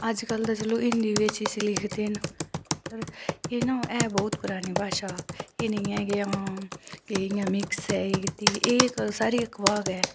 अज्ज कल्ल ते चलो हिंदी बिच इसी लिखदे न पर एह् ना ऐ बहुत परानी भाषा एह् नी ऐ कि आं कि इयां मिक्स ऐ एह् कीती की एह् सारी अफवाह गै ऐ